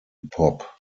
pop